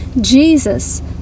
Jesus